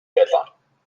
deadline